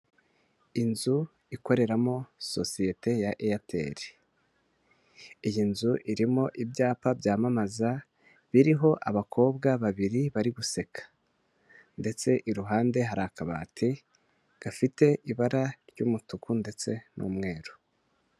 Inzu ikoreramo sosiyete ya Airtel, iyi nzu irimo ibyapa byamamaza biriho abakobwa babiri bari guseka, ndetse iruhande hari akabati gafite ibara ry'umutuku ndetse n'umweru.